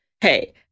hey